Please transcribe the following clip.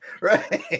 Right